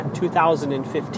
2015